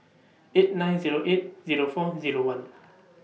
eight nine Zero eight Zero four Zero one